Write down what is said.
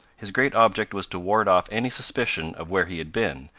his great object was to ward off any suspicion of where he had been,